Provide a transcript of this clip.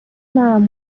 man